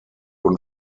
und